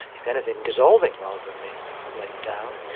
if anything, dissolving rather than being laid down,